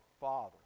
father